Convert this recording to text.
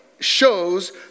shows